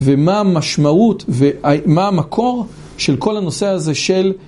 ומה המשמעות ומה המקור של כל הנושא הזה של...